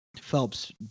Phelps